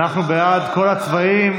אנחנו בעד כל הצבעים.